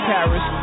Paris